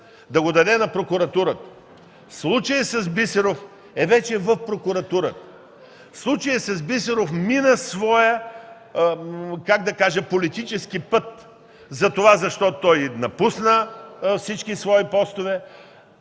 да го даде на прокуратурата. Случаят с Бисеров е вече в прокуратурата. Случаят с Бисеров мина своя политически път, защото той напусна всички свои постове,